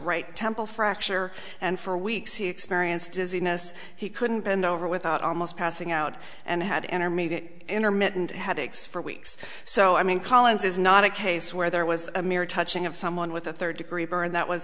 right temple fracture and for weeks he experienced dizziness he couldn't bend over without almost passing out and had an army intermittent headaches for weeks so i mean collins is not a case where there was a mere touching of someone with a third degree burn that was